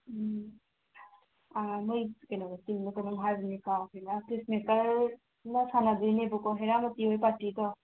ꯎꯝ ꯅꯈꯣꯏꯒꯤ ꯀꯩꯅꯣꯗ ꯆꯤꯡꯕ ꯀꯩꯅꯣꯝ ꯍꯥꯏꯕꯅꯤꯅꯦ ꯀꯥꯎꯈ꯭ꯔꯦꯅ ꯄꯤꯁ ꯃꯦꯀꯔꯅ ꯁꯥꯟꯅꯒꯗꯣꯏꯅꯦꯕꯀꯣ ꯍꯦꯔꯥꯃꯣꯇꯤ ꯍꯣꯏ ꯄꯥꯔꯇꯤꯗꯣ